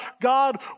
God